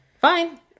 fine